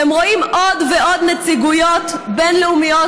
אתם רואים עוד ועוד נציגויות בין-לאומיות